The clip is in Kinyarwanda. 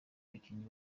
bakinnyi